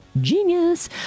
Genius